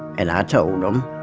and i told them.